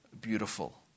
beautiful